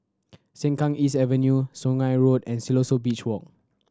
Sengkang East Avenue Sungei Road and Siloso Beach Walk